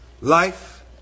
Life